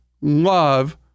love